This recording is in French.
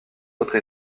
autre